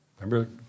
Remember